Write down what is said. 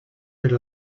per